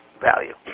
value